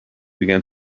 began